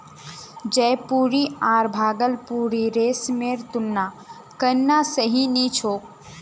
जयपुरी आर भागलपुरी रेशमेर तुलना करना सही नी छोक